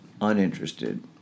uninterested